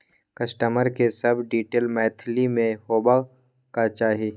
customer के सब detail Maithili में होबाक चाही